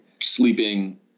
sleeping